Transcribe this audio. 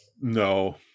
No